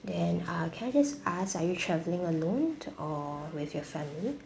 then uh can I just ask are you travelling alone or with your family